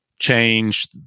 Change